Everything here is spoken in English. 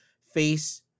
face